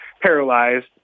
paralyzed